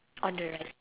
on the right